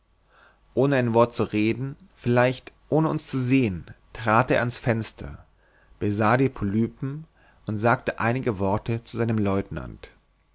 ohne ein wort zu reden vielleicht ohne uns zu sehen trat er an's fenster besah die polypen und sagte einige worte zu seinem lieutenant